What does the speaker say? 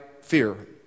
fear